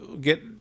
get